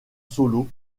solo